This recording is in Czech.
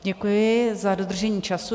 Děkuji za dodržení času.